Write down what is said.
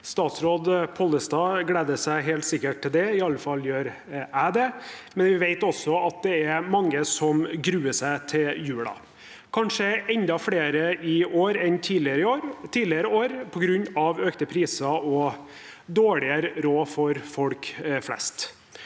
Statsråd Pollestad gleder seg helt sikkert til det – i alle fall gjør jeg det – men vi vet også at det er mange som gruer seg til jula, kanskje enda flere i år enn tidligere år, på grunn av økte priser og dårligere råd for folk flest.